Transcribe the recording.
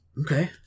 Okay